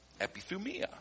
Epithumia